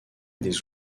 des